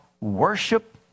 Worship